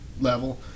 level